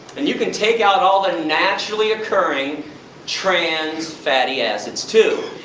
and you can take out all the naturally occurring trans fatty acids too.